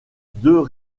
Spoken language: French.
deux